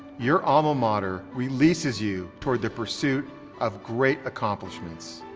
your alma mater releases you toward the pursuit of great accomplishments.